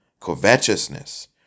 covetousness